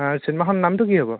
চিনেমাখন নামটো কি আকৌ